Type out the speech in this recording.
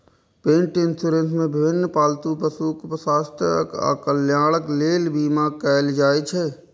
पेट इंश्योरेंस मे विभिन्न पालतू पशुक स्वास्थ्य आ कल्याणक लेल बीमा कैल जाइ छै